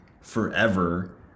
forever